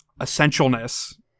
essentialness